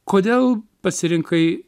kodėl pasirinkai